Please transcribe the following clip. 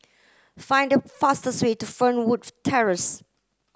find the fastest way to Fernwood Terrace